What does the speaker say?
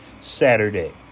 Saturday